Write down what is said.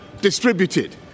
distributed